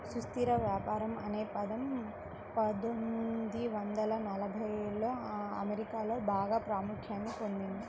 సుస్థిర వ్యవసాయం అనే పదం పందొమ్మిది వందల ఎనభైలలో అమెరికాలో బాగా ప్రాముఖ్యాన్ని పొందింది